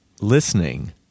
listening